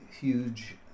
huge